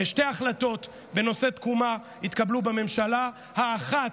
שתי החלטות בנושא תקומה התקבלו בממשלה: האחת,